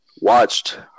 watched